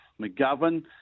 McGovern